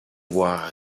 voir